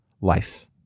life